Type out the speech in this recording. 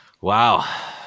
Wow